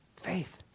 Faith